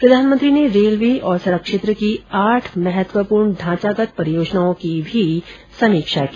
प्रधानमंत्री ने रेलवे और सड़क क्षेत्र की आठ महत्वपूर्ण ढांचागत परियोजनाओं की भी समीक्षा की